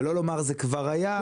ולא לומר זה כבר היה,